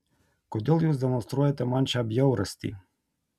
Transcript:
kodėl jūs demonstruojate man šią bjaurastį